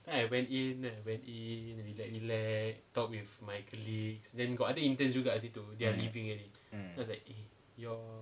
mm mm